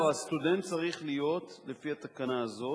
הסטודנט צריך להיות לפי התקנה הזאת,